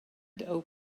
opened